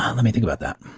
let me think about that.